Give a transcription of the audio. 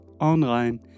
online